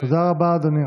תודה רבה, אדוני.